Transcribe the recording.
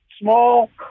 small